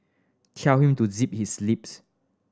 tell him to zip his lips